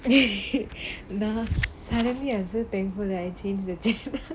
the now suddenly I am so thankful I changed the channel